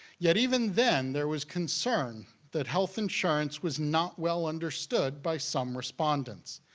yet even then there was concern that health insurance was not well understood by some respondents.